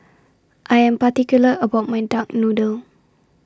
I Am particular about My Duck Noodle